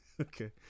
Okay